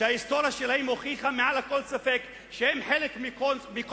שההיסטוריה שלהם הוכיחה מעל לכל ספק שהם חלק מקונספירציה.